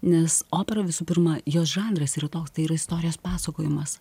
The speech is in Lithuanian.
nes opera visų pirma jos žanras yra toks tai yra istorijos pasakojimas